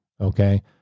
Okay